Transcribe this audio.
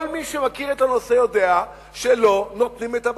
כל מי שמכיר את הנושא יודע שלא נותנים את הבסיס.